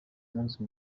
munsi